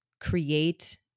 create